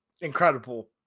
Incredible